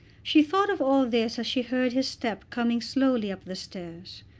she thought of all this as she heard his step coming slowly up the stairs.